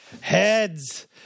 heads